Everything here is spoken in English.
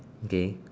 okay